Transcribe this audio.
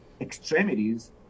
extremities